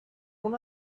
اون